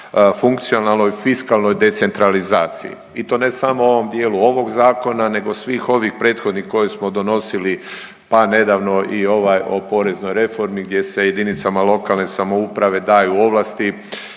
funkcionalnoj fiskalnoj decentralizaciji i to ne samo u ovom dijelu ovog zakona nego svih ovih prethodnih koje smo donosili, pa nedavno i ovaj o poreznoj reformi gdje se jedinicama lokalne samouprave daju ovlasti